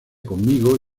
conmigo